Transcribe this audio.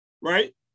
right